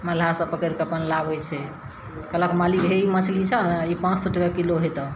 मलाह सभ पकड़ि कऽ अपन लाबै छै कहलक मालिक हे ई मछली छऽ ने ई पॉँच सए टके किलो होयतो